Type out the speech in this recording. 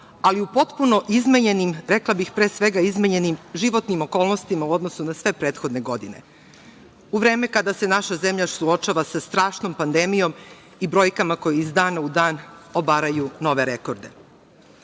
ali u potpuno izmenjenim, rekla bih, pre svega izmenjenim životnim okolnostima u odnosu na sve prethodne godine, u vreme kada se naša zemlja suočava sa strašnom pandemijom i brojkama koje iz dana u dan obaraju nove rekorde. Naša